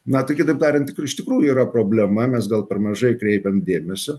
na kitaip tariant iš tikrųjų yra problema mes gal per mažai kreipiam dėmesio